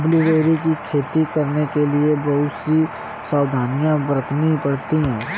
blueberry की खेती करने के लिए बहुत सी सावधानियां बरतनी पड़ती है